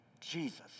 Jesus